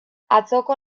atzoko